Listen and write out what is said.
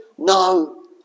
no